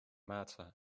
matter